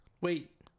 Wait